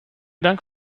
dank